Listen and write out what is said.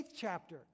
chapter